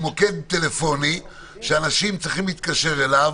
מוקד טלפוני שאנשים צריכים להתקשר אליו,